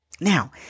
Now